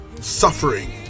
suffering